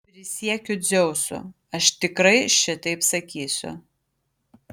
prisiekiu dzeusu aš tikrai šitaip sakysiu